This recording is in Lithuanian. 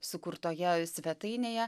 sukurtoje svetainėje